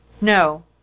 no